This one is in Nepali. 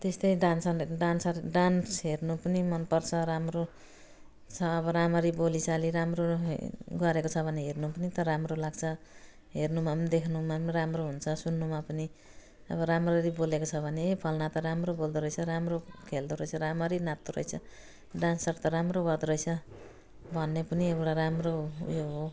त्यस्तै डान्सर डान्सर डान्स हेर्नु पनि मनपर्छ राम्रो छ अब राम्ररी बोलीचाली राम्रो गरेको छ भने हेर्नु पनि त राम्रो लाग्छ हेर्नुमा पनि देख्नुमा पनि राम्रो हुन्छ सुन्नुमा पनि अब राम्ररी बोलेको छ भने ए फलना त राम्रो बोल्दरहेछ राम्रो खेल्दोरहेछ राम्ररी नाच्दोरहेछ डान्सर त राम्रो गर्दोरहेछ भन्ने पनि एउटा राम्रो उयो हो